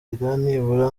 nibura